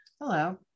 Hello